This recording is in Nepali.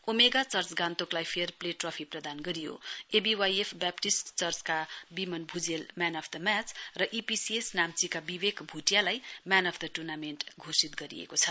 ओमेगा चर्च गान्तोकलाई फेयर प्ले ट्रफी प्रदान गरियो एबीवाईएफ बैपटिस्ट चर्चका Biman Bhujel man of the match र ईपीसीएस नाम्चीका विवेक भुटियालाई म्यान अप द टुर्नामेण्ट घोषित गरिएको छ